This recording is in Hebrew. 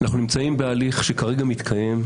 אנחנו נמצאים בהליך שכרגע מתקיים,